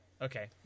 Okay